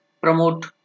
promote